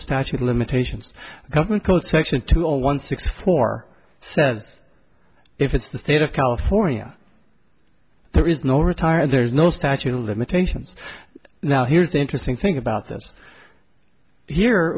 statute of limitations government code section two zero one six four says if it's the state of california there is no retire there's no statute of limitations now here's the interesting thing about this here